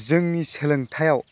जोंनि सोलोंथायाव